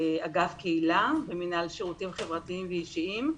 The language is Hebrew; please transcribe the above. אגף קהילה ומינהל שירותים חברתיים ואישיים.